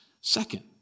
Second